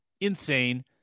insane